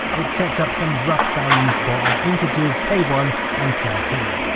which sets up some rough values for our integers k one and k two.